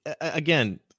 again